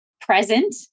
present